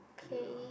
K